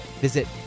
visit